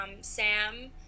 sam